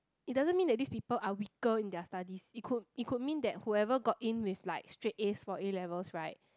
it doesn't mean that this people are weaker in their studies it could it could mean that whoever got in with like straight As for A-levels right